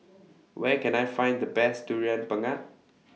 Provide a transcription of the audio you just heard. Where Can I Find The Best Durian Pengat